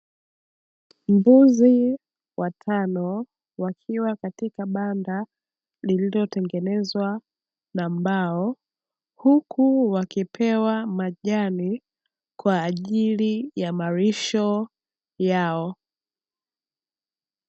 Mbuzi watano wakiwa katika banda, lililotengenezwa na mbao, huku wakipewa majani kwa ajili ya malisho yao.